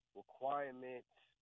requirements